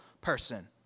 person